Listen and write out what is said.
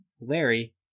Larry